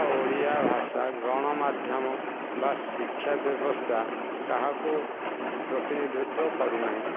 ଓଡ଼ିଆ ଭାଷା ଗଣ ମାଧ୍ୟମ ବା ଶିକ୍ଷା ବ୍ୟବସ୍ଥା କାହାକୁ ପ୍ରତିନିଧିତ୍ୱ କରୁନାହିଁ